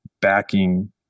backing